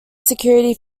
security